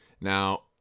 Now